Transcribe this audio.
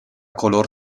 color